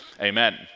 Amen